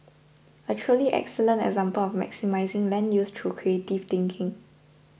a truly excellent example of maximising land use through creative thinking